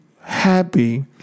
happy